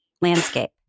landscape